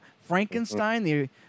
Frankenstein